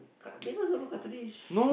cart~ Megan also look cartoonish